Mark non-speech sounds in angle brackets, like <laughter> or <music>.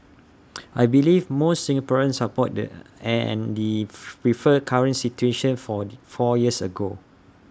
<noise> I believe most Singaporeans support the and the <noise> prefer current situation for four years ago